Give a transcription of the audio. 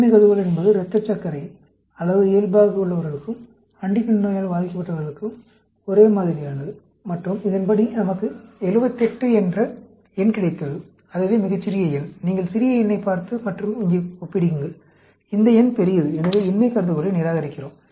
இன்மை கருதுகோள் என்பது இரத்தச் சக்கரை அளவு இயல்பாக உள்ளவர்களுக்கும் ஹண்டிங்டன் நோயால் பாதிக்கப்பட்டவர்களுக்கும் ஒரே மாதிரியானது மற்றும் இதன் படி நமக்கு 78 என்ற எண் கிடைத்தது அதுவே மிகச்சிறிய எண் நீங்கள் சிறிய எண்ணைப் பார்த்து மற்றும் இங்கே ஒப்பிடுங்கள் இந்த எண் பெரியது எனவே இன்மை கருதுகோளை நிராகரிக்கிறோம்